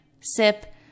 sip